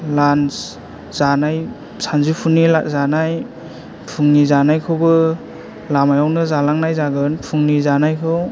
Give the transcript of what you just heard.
लान्स जानाय सानजुफुनि जानाय फुंनि जानायखौबो लामायावनो जालांनाय जागोन फुंनि जानायखौ